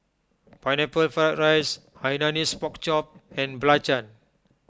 Pineapple Fried Rice Hainanese Pork Chop and Belacan